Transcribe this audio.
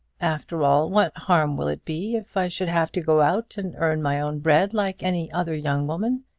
after all, what harm will it be if i should have to go out and earn my own bread like any other young woman?